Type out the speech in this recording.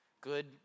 good